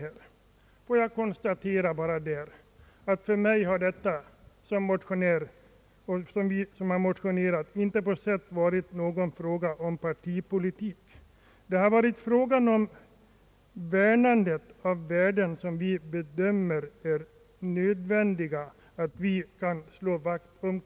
Jag vill bara konstatera att det för mig som motionär inte på något sätt har varit fråga om partipolitik. Det har här varit fråga om värnandet av värden som vi bedömer såsom nödvändiga och vill slå vakt om.